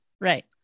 right